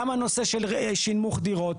גם הנושא של שנמוך דירות.